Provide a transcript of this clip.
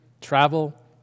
travel